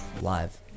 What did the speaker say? live